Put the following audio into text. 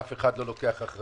אף אחד לא לוקח אחריות,